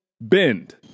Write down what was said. bend